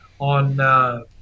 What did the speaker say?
on –